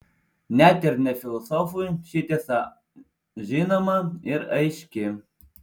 net ir ne filosofui ši tiesa žinoma ir aiški